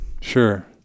Sure